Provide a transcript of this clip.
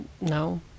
no